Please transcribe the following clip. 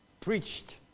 preached